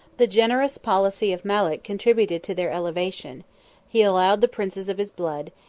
the generous policy of malek contributed to their elevation he allowed the princes of his blood,